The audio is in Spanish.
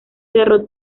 cerro